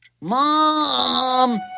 Mom